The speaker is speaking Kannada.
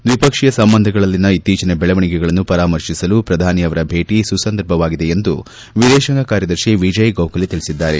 ದ್ವಿಪಕ್ಷೀಯ ಸಂಬಂಧಗಳಲ್ಲಿನ ಇತ್ತೀಚನ ಬೆಳವಣಿಗೆಗಳನ್ನು ಪರಾಮರ್ತಿಸಲು ಪ್ರಧಾನಿ ಅವರ ಭೇಟ ಸುಸಂದರ್ಭವಾಗಿದೆ ಎಂದು ವಿದೇಶಾಂಗ ಕಾರ್ಯದರ್ಶಿ ವಿಜಯ್ ಗೋಖಲೆ ತಿಳಿಸಿದ್ದಾರೆ